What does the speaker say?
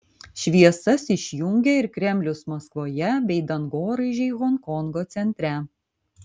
šviesas išjungė ir kremlius maskvoje bei dangoraižiai honkongo centre